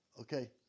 okay